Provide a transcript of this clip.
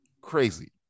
crazy